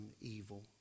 evil